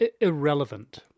irrelevant